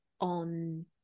on